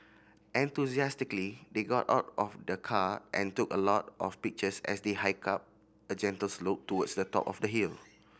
enthusiastically they got out of the car and took a lot of pictures as they hiked up a gentle slope towards the top of the hill